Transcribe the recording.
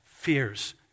fears